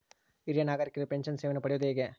ಹಿರಿಯ ನಾಗರಿಕರಿಗೆ ಪೆನ್ಷನ್ ಸೇವೆಯನ್ನು ಪಡೆಯುವುದು ಹೇಗೆ?